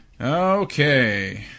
Okay